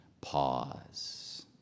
pause